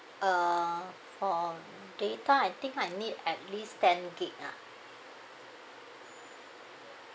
uh for data I think I need at least ten gig ah